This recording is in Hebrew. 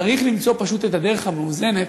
צריך למצוא פשוט את הדרך המאוזנת,